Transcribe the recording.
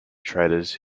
traders